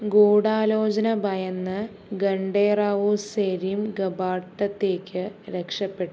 ഗൂഢാലോചന ഭയന്ന് ഖണ്ഡേ റാവു സെരിംഗപാട്ടത്തേക്ക് രക്ഷപ്പെട്ടു